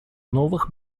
новых